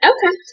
Okay